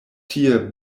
tie